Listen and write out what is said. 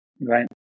Right